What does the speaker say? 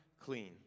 clean